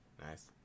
Nice